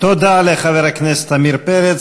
תודה לחבר הכנסת עמיר פרץ.